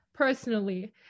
Personally